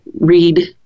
read